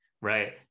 right